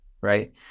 right